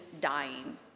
dying